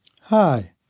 Hi